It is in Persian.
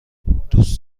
دوست